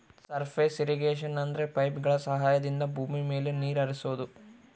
surface irrigation ಅಂದ್ರೆ ಪೈಪ್ಗಳ ಸಹಾಯದಿಂದ ಭೂಮಿ ಮೇಲೆ ನೀರ್ ಹರಿಸೋದು